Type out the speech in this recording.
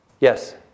Yes